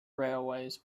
railways